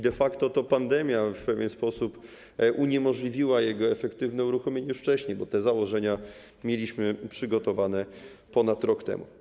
De facto to pandemia w pewien sposób uniemożliwiła jego efektywne uruchomienie już wcześniej, bo założenia mieliśmy przygotowane ponad rok temu.